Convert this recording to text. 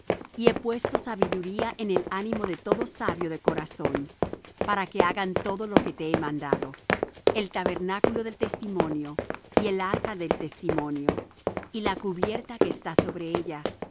y he puesto sabiduría en el ánimo de todo sabio de corazón para que hagan todo lo que te he mandado el tabernáculo del testimonio y el arca del testimonio y la cubierta que está sobre ella